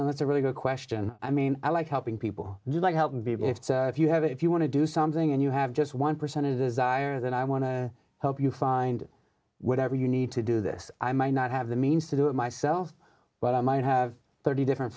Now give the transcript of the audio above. well that's a really good question i mean i like helping people do like helping be if if you have if you want to do something and you have just one percent of the zire then i want to help you find whatever you need to do this i might not have the means to do it myself but i might have thirty different